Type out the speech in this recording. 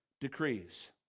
decrees